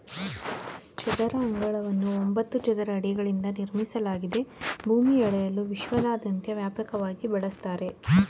ಚದರ ಅಂಗಳವನ್ನು ಒಂಬತ್ತು ಚದರ ಅಡಿಗಳಿಂದ ನಿರ್ಮಿಸಲಾಗಿದೆ ಭೂಮಿ ಅಳೆಯಲು ವಿಶ್ವದಾದ್ಯಂತ ವ್ಯಾಪಕವಾಗಿ ಬಳಸ್ತರೆ